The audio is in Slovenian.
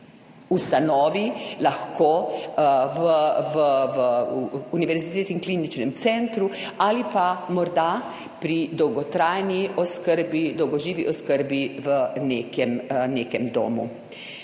ustanovi, lahko v Univerzitetnem kliničnem centru ali pa morda pri dolgotrajni oskrbi, dolgoživi oskrbi v nekem domu.